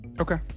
okay